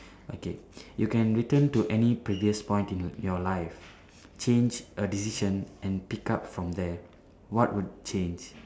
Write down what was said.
okay you can return to any previous point in your life change a decision and pick up from there what will change